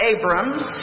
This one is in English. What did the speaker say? Abrams